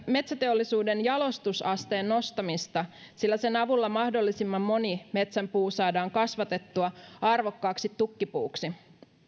metsäteollisuuden jalostusasteen nostamista sillä sen avulla mahdollisimman moni metsän puu saadaan kasvatettua arvokkaaksi tukkipuuksi